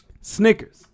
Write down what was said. Snickers